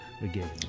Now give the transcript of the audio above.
again